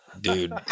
dude